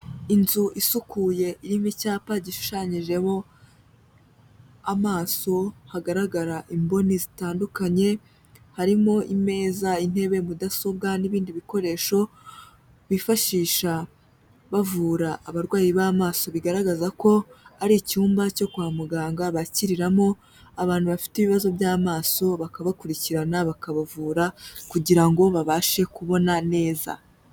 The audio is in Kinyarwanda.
Inzu isukuye irimo icyapa gishushanyijemo amaso hagaragara imboni zitandukanye harimo imeza, intebe, mudasobwa n'ibindi bikoresho bifashisha bavura abarwayi b'amaso bigaragaza ko hari icyumba cyo kwa muganga bakiriramo abantu bafite ibibazo by'amaso bakabakurikirana, bakabavura kugira ngo babashe kubona neza.